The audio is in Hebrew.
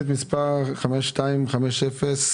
בשנת 2021 נוציא סדר גודל 22 מיליון שקלים בגין הקורונה,